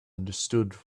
understood